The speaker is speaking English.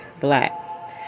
black